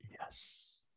Yes